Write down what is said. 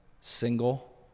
single